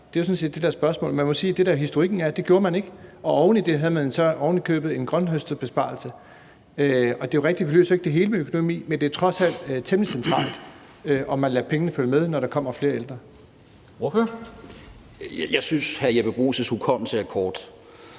Det er jo sådan set det, der er spørgsmålet. Man må sige, at det, der er historikken, er, at det gjorde man ikke, og at man oven i det ovenikøbet havde en grønthøsterbesparelse. Det er rigtigt, at vi jo ikke løser det hele med økonomi, men det er trods alt temmelig centralt, om man lader pengene følge med, når der kommer flere ældre. Kl. 13:56 Formanden (Henrik